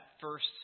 first